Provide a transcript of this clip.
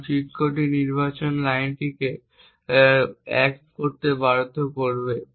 কারণ চিট কোডটি নির্বাচন লাইনটিকে 1 করতে বাধ্য করবে